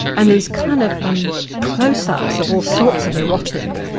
and these kind of um close-ups of all sorts of erotic,